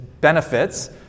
benefits